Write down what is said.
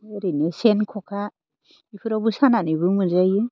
ओरैनो सेन ख'खा बेफोरावबो सानानैबो मोनजायो